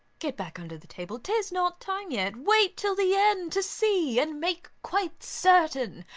get back under the table tis not time yet wait till the end, to see, and make quite certain,